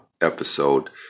episode